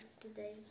today